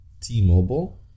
T-Mobile